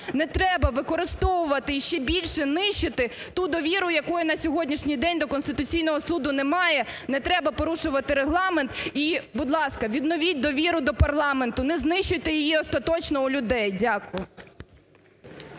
не треба використовувати і ще більше нищити ту довіру, якої на сьогоднішній день до Конституційного Суду немає, не треба порушувати Регламент. І, будь ласка, відновіть довіру до парламенту. Не знищуйте її остаточно у людей. Дякую.